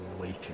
waiting